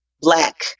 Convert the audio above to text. black